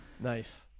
Nice